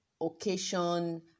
occasion